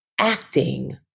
acting